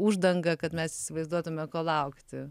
uždangą kad mes įsivaizduotume ko laukti